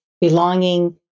belonging